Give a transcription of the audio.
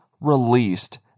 released